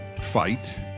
fight